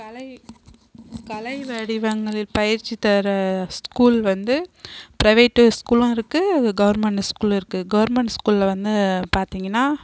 கலை கலை வடிவங்களில் பயிற்சி தர ஸ்கூல் வந்து பிரைவேட்டு ஸ்கூலும் இருக்குது கவுர்மெண்ட்டு ஸ்கூலும் இருக்குது கவர்மெண்ட் ஸ்கூலில் வந்து பார்த்தீங்கனா